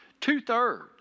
Two-thirds